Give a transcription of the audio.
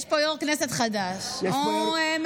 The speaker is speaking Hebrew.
יש פה יו"ר חדש, הוא מתפעל.